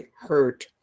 hurt